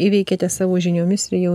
įveikiate savo žiniomis ir jau